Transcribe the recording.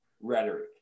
rhetoric